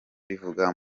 mbivuga